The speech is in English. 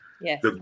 Yes